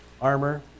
armor